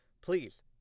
please